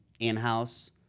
in-house